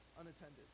unattended